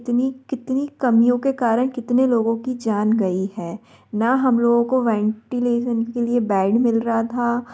कितनी कितनी कमियों के कारण कितने लोगों की जान गई है ना हम लोगों को वैंटीलेसन के लिए बैड मिल रहा था